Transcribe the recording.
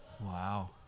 Wow